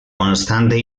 constante